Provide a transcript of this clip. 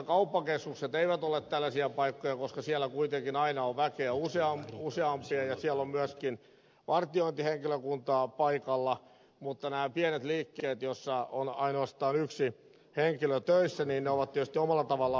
tässä suhteessa kauppakeskukset eivät ole tällaisia paikkoja koska siellä kuitenkin aina on henkilöitä useampia ja siellä on myöskin vartiointihenkilökuntaa paikalla mutta nämä pienet liikkeet joissa on ainoastaan yksi henkilö töissä ovat tietysti omalla tavallaan haasteellisia